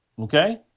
Okay